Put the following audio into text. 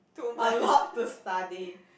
a lot to study